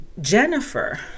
Jennifer